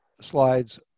slides